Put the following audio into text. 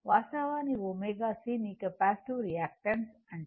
వాస్తవానికి ω C ని capacitive reactance అంటారు